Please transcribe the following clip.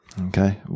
Okay